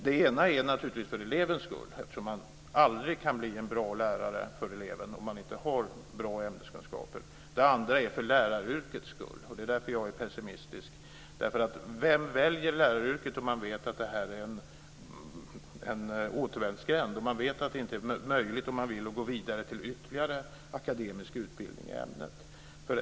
Det ena är naturligtvis eleven, eftersom man aldrig kan bli en bra lärare för eleven om man inte har bra ämneskunskaper. Det andra är läraryrket. Det är därför jag är pessimistisk. Vem väljer läraryrket om man vet att det är en återvändsgränd och att det inte är möjligt att om man vill gå vidare till ytterligare akademisk utbildning i ämnet?